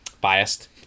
biased